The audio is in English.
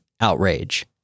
outrage